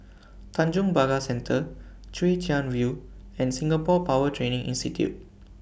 Tanjong Pagar Center Chwee Chian View and Singapore Power Training Institute